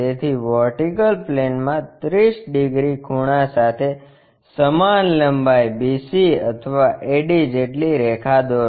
તેથી વર્ટિકલ પ્લેનમાં 30 ડિગ્રીના ખૂણા સાથે સમાન લંબાઈ BC અથવા AD જેટલી રેખા દોરો